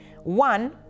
one